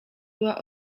była